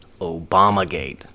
Obamagate